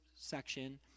section